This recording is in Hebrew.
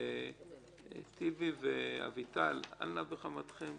טיבי ואביטל, אל נא בחמתכם,